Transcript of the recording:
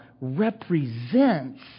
represents